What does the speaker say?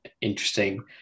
interesting